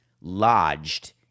lodged